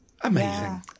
Amazing